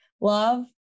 love